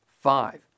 Five